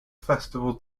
festival